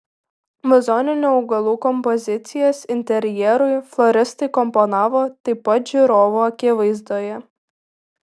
vazoninių augalų kompozicijas interjerui floristai komponavo taip pat žiūrovų akivaizdoje